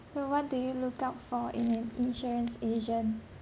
so what do you look out for in an insurance agent